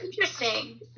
interesting